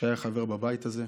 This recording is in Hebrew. שהיה חבר בבית הזה,